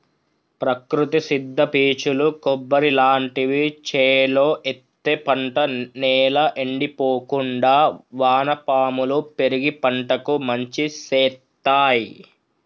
ప్రకృతి సిద్ద పీచులు కొబ్బరి లాంటివి చేలో ఎత్తే పంట నేల ఎండిపోకుండా వానపాములు పెరిగి పంటకు మంచి శేత్తాయ్